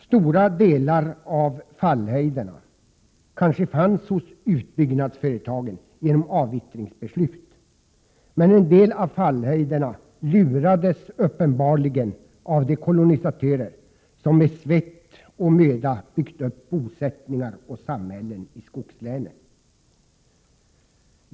Stora delar av fallhöjderna kanske redan fanns hos utbyggnadsföretagen genom avvittringsbeslut, men de kolonisatörer som med svett och möda byggt upp bosättningar och samhällen i skogslänen avlurades uppenbarligen en del av fallhöjderna.